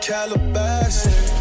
Calabasas